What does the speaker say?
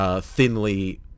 Thinly